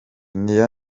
niyo